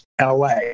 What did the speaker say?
LA